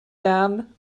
dam